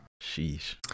Sheesh